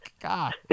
God